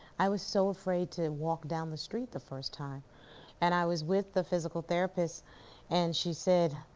i was so afraid to walk down the street the first time and i was with the physical therapist and she said,